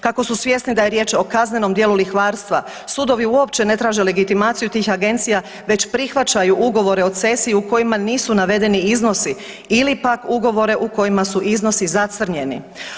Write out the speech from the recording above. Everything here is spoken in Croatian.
Kako su svjesni da je riječ o kaznenom djelu lihvarstva sudovi uopće ne traže legitimaciju tih agencija već prihvaćaju ugovore o cesiji u kojima nisu navedeni iznosi ili pak ugovore u kojima su iznosi zacrnjeni.